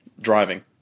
Driving